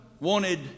wanted